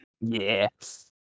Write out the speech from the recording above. Yes